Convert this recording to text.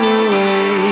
away